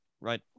right